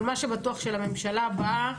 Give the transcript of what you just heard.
אבל מה שבטוח שלממשלה הבאה,